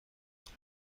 رفتم